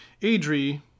Adri